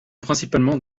principalement